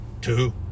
two